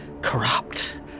corrupt